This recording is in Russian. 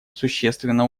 существенно